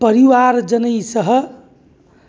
परिवारजनैः सह